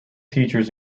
teachers